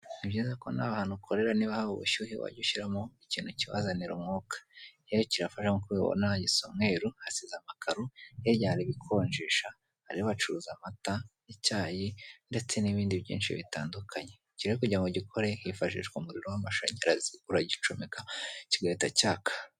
Ni byiza ko nawe ahantu ukorera niba haba ubushyuhe wajya ushyiramo ikintu kibazanira umwuka. Rero kirafasha nk'uko ubibona gisa umweru hasize amakaro hirya hari ibikonjesha hari abacuruza amata icyayi ndetse n'ibindi byinshi bitandukanye. Iki rero kugira ngo gikore hifashishwa umuriro w'amashanyarazi uragicomeka kigahita cyaka.